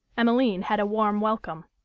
emmeline had a warm welcome.